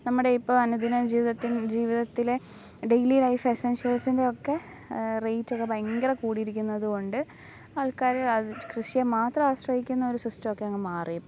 നമ്മുടെ ഇപ്പോൾ അനുദിന ജീവിതത്തിൽ ജീവിതത്തിലെ ഡെയിലി ലൈഫ് എസ്സെൻഷസിൻ്റെ ഒക്കെ റേറ്റൊക്കെ ഭയങ്കര കൂടിയിരിക്കുന്നതുകൊണ്ട് ആൾക്കാർ അത് കൃഷിയെ മാത്രം ആശ്രയിക്കുന്ന ഒരു സിസ്റ്റം ഒക്കെ അങ്ങു മാറി ഇപ്പോൾ